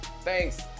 Thanks